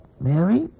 Mary